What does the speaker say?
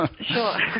Sure